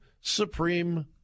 Supreme